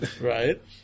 Right